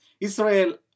Israel